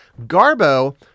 Garbo